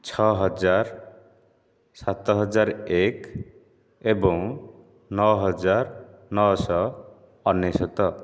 ଛଅ ହଜାର ସାତ ହଜାର ଏକ ଏବଂ ନଅ ହଜାର ନଅଶହ ଅନେଶତ